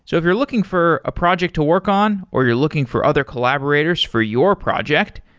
so if you're looking for a project to work on, or you're looking for other collaborators for your project,